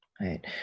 right